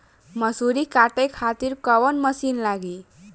मसूरी काटे खातिर कोवन मसिन लागी?